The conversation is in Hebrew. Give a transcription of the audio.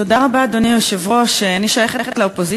אדוני היושב-ראש, תודה רבה, אני שייכת לאופוזיציה.